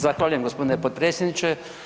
Zahvaljujem gospodine predsjedniče.